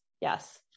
Yes